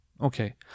Okay